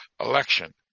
election